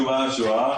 אתן לכם את המצב הקיים.